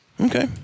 Okay